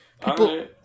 People